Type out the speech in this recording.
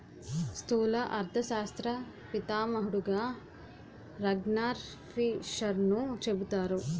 స్థూల అర్థశాస్త్ర పితామహుడుగా రగ్నార్ఫిషర్ను చెబుతారు